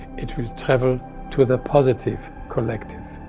it will travel to the positive collective,